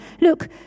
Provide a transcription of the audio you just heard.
look